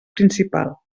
principal